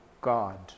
God